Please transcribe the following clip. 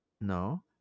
No